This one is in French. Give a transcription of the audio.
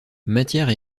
matière